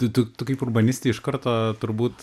tai tu tu kaip urbanistė iš karto turbūt